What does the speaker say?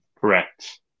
Correct